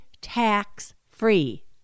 tax-free